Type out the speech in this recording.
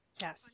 yes